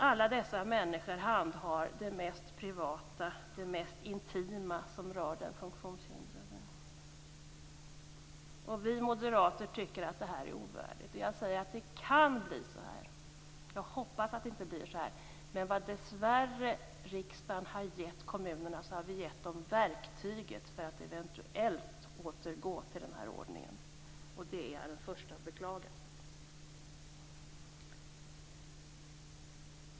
Alla dessa människor handhar det mest privata och det mest intima som rör den funktionshindrade. Vi moderater tycker att detta är ovärdigt. Jag säger att det kan bli så här, men jag hoppas att det inte blir så. Riksdagen har dessvärre givit kommunerna verktyget för att eventuellt återgå till denna ordning. Det är jag den första att beklaga.